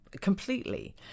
Completely